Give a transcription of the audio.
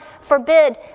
forbid